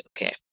okay